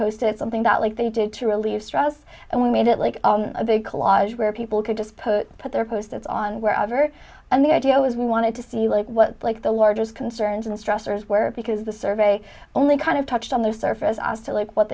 posted something that like they did to relieve stress and we made it like a big collage where people could just put put their posters on wherever and the idea was we wanted to see like what like the largest concerns in the stressors where because the survey only kind of touched on the surface hasta like what